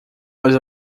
was